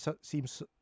seems